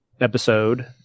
episode